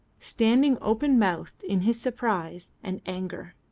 standing open-mouthed in his surprise and anger.